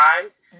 times